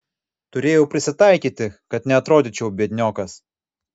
turėjau prisitaikyti kad neatrodyčiau biedniokas